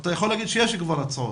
אתה יכול להגיד שיש כבר הצעות,